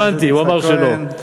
הבנתי, הוא אמר שלא.